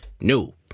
no